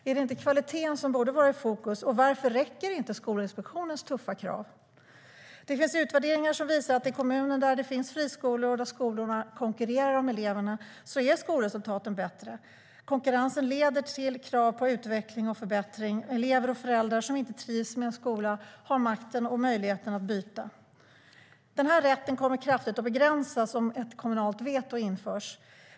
Är det inte kvaliteten som borde vara i fokus, och varför räcker inte Skolinspektionens tuffa krav? Det finns utvärderingar som visar att i kommuner där det finns friskolor och skolorna konkurrerar om eleverna är skolresultaten bättre. Konkurrensen leder till krav på utveckling och förbättring. Elever och föräldrar som inte trivs med en skola har makten och möjligheten att byta. Den rätten kommer kraftigt att begränsas om ett kommunalt veto införs.